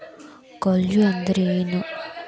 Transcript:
ಕೊಯ್ಲು ಅಂದ್ರ ಏನ್?